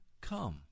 come